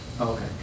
Okay